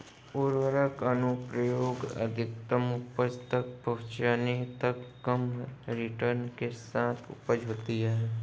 उर्वरक अनुप्रयोग अधिकतम उपज तक पहुंचने तक कम रिटर्न के साथ उपज होती है